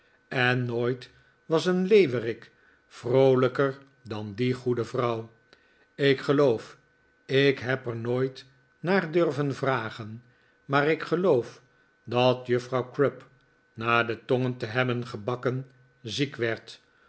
en nooit was een leeuwerik vroolijker dan die goede vrouw ik geloof ik heb er nooit naar durven vragen maar ik geloof dat juffrouw crupp na de tongen te hebben gebakken ziek werd